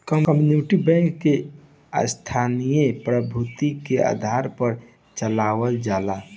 community bank के स्थानीय प्रभुत्व के आधार पर चलावल जाला